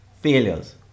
failures